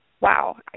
wow